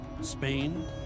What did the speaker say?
Spain